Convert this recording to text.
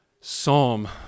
psalm